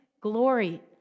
glory